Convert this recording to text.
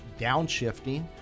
downshifting